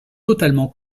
totalement